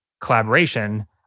collaboration